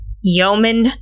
Yeoman